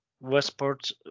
Westport